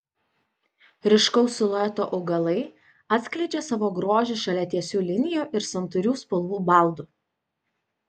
ryškaus silueto augalai atskleidžia savo grožį šalia tiesių linijų ir santūrių spalvų baldų